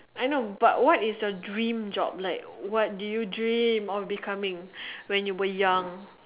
I know but what is your dream job like what did you dream of becoming when you were young